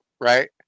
Right